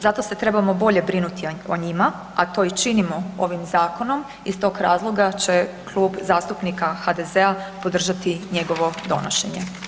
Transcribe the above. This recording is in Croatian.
Zato se trebamo bolje brinuti o njima, a to i činimo ovim zakonom i iz tog razloga će Klub zastupnika HDZ-a podržati njegovo donošenje.